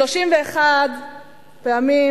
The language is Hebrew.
31 פעמים